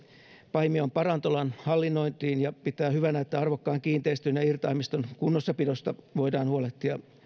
paimion parantolan hallinnointiin ja pitää hyvänä että arvokkaan kiinteistön ja irtaimiston kunnossapidosta voidaan huolehtia